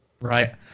Right